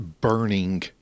burning